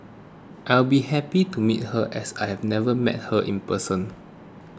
I'll be happy to meet her as I've never met her in person